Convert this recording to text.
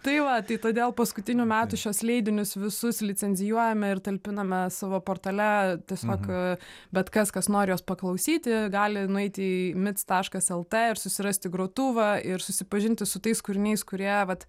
tai va tai todėl paskutinių metų šiuos leidinius visus licenzijuojame ir talpiname savo portale tiesiog bet kas kas nori paklausyti gali nueiti į mic taškas lt ir susirasti grotuvą ir susipažinti su tais kūriniais kurie vat